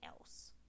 else